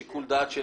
לפי שיקול דעתן,